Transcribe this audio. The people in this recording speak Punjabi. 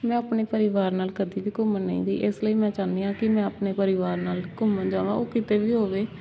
ਮੈਂ ਆਪਣੇ ਪਰਿਵਾਰ ਨਾਲ ਕਦੇ ਵੀ ਘੁੰਮਣ ਨਹੀਂ ਗਈ ਇਸ ਲਈ ਮੈਂ ਚਾਹੁੰਦੀ ਹਾਂ ਕਿ ਮੈਂ ਆਪਣੇ ਪਰਿਵਾਰ ਨਾਲ ਘੁੰਮਣ ਜਾਵਾਂ ਉਹ ਕਿਤੇ ਵੀ ਹੋਵੇ